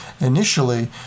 initially